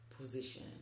Position